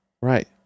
Right